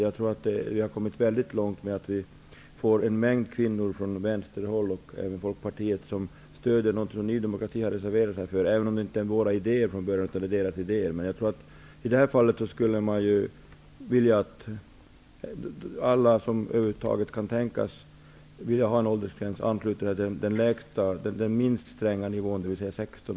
Jag tror att vi har kommit väldigt långt i och med att en mängd kvinnor från vänsterhåll och även från Folkpartiet stöder något som Ny demokrati har reserverat sig för, även om det inte är våra idéer från början, utan deras. I det här fallet skulle man vilja att alla som över huvud kan tänkas vilja ha en åldersgräns ansluter sig till den minst stränga nivån, dvs. 16